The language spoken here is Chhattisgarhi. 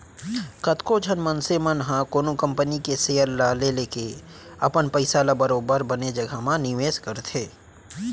कतको झन मनसे मन ह कोनो कंपनी के सेयर ल लेके अपन पइसा ल बरोबर बने जघा म निवेस करथे